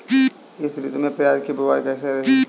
इस ऋतु में प्याज की बुआई कैसी रही है?